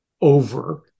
over